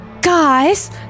guys